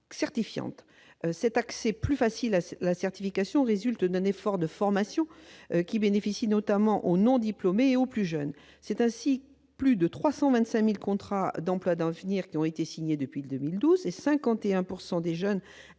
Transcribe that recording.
certifiante. Cet accès plus facile à la certification résulte d'un effort de formation qui bénéficie notamment aux non-diplômés et aux plus jeunes. Ainsi, plus de 325 000 contrats d'emplois d'avenir ont été signés depuis 2012 et 51 % des jeunes